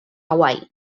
hawaii